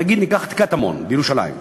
נגיד ניקח את קטמון בירושלים,